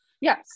Yes